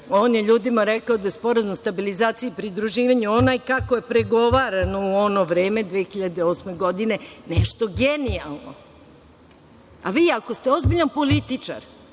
On je ljudima rekao da je Sporazum o stabilizaciji i pridruživanju, onaj kako je pregovaran u ono vreme, 2008. godine, nešto genijalno. Vi, ako ste ozbiljan političar,